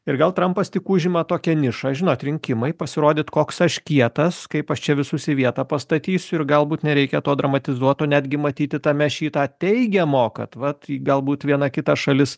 ir gal trampas tik užima tokią nišą žinot rinkimai pasirodyt koks aš kietas kaip aš čia visus į vietą pastatysiu ir galbūt nereikia to dramatizuot o netgi matyti tame šį tą teigiamo kad vat galbūt viena kita šalis